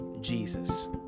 Jesus